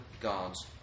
God's